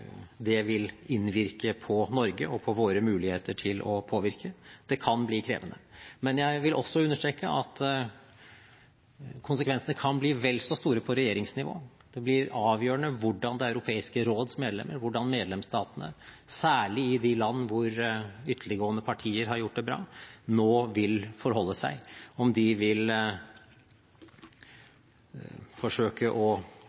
det vil innvirke på Norge og på våre muligheter til å påvirke. Det kan bli krevende. Men jeg vil også understreke at konsekvensene kan bli vel så store på regjeringsnivå. Det blir avgjørende hvordan Det europeiske råds medlemmer, hvordan medlemsstatene, særlig i de land hvor ytterliggående partier har gjort det bra, nå vil forholde seg – om de vil